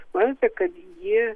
manote kad jie